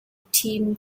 team